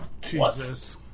Jesus